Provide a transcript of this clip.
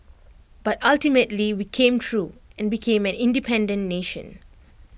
but ultimately we came through and became an independent nation